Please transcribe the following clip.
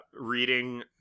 reading